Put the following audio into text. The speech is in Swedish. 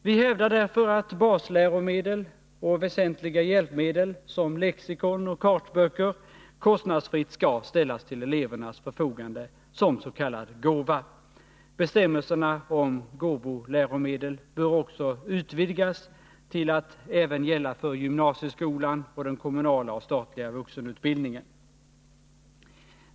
Vi hävdar därför att basläromedel och väsentliga hjälpmedel som lexikon och kartböcker kostnadsfritt skall ställas till elevernas förfogande som s.k. gåva. Bestämmelserna om gåvoläromedel bör också utvidgas till att även gälla för gymnasieskolan och den kommunala och statliga vuxenutbildningen.